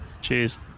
Cheers